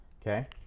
okay